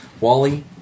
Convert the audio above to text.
Wally